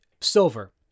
Silver